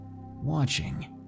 watching